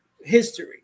history